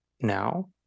now